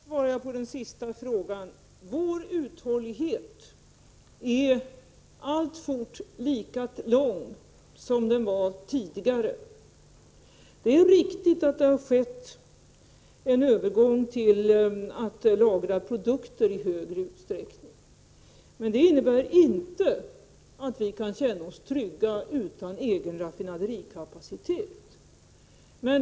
Herr talman! För det första vill jag som svar på den sista frågan säga: Vår uthållighet är alltfort lika stor som den var tidigare. Det är riktigt att det har skett en övergång, så att man nu i större utsträckning lagrar produkter. Men det innebär inte att vi kan känna oss trygga utan egen raffinaderikapacitet.